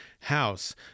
house